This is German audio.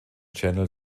channel